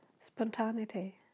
spontaneity